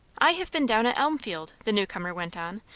i have been down at elmfield, the new-comer went on,